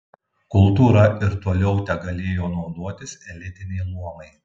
kultūra ir toliau tegalėjo naudotis elitiniai luomai